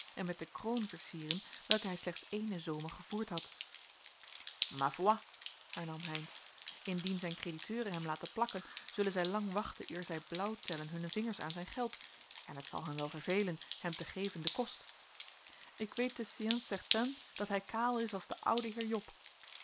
en met de kroon vercieren welke hij slechts eenen zomer gevoerd had ma foi hernam heynsz indien zijn crediteuren hem laten plakken zij zullen lang wachten eer zij blaauw tellen hunne vingers aan zijn geld en het zal hen wel verveelen hem te geven de kost ik weet de science certaine dat hij kaal is als de oude heer job